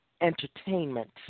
entertainment